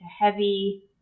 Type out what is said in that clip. heavy